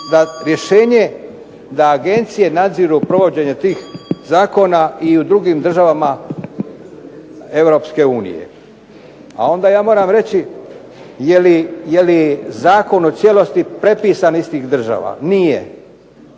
da agencije nadziru provođenje tih zakona i u drugim državama EU. A onda ja moram reći, jeli zakon u cijelosti prepisan iz tih država? Nije,